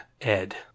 Ed